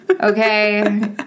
Okay